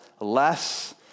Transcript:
less